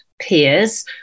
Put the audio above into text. peers